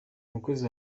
umukozi